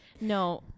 No